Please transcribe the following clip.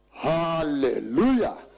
Hallelujah